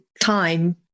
time